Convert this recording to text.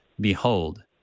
Behold